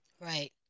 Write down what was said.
Right